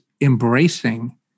embracing